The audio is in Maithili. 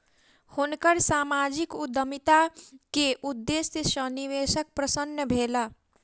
हुनकर सामाजिक उद्यमिता के उदेश्य सॅ निवेशक प्रसन्न भेला